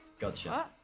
Gotcha